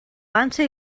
vansa